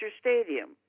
Stadium